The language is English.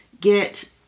get